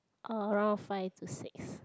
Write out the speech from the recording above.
around five to six